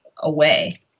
away